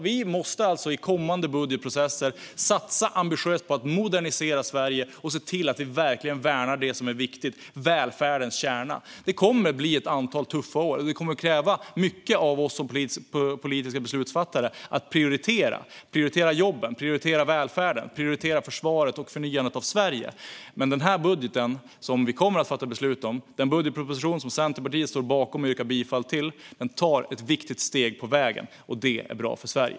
Vi måste alltså i kommande budgetprocesser satsa ambitiöst på att modernisera Sverige och se till att verkligen värna det som är viktigt: välfärdens kärna. Det kommer att bli ett antal tuffa år, och det kommer att kräva mycket av oss politiska beslutsfattare när det gäller att prioritera. Vi måste prioritera jobben, välfärden, försvaret och förnyandet av Sverige. Men den budgetproposition som vi kommer att fatta beslut om, som Centerpartiet står bakom och som vi yrkar bifall till, är ett viktigt steg på vägen. Det är bra för Sverige.